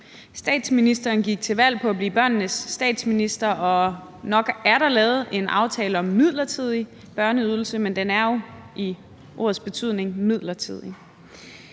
Statsministeren gik til valg på at blive børnenes statsminister, og nok er der lavet en aftale om midlertidig børneydelse, men den er jo, som ordet siger det, midlertidig.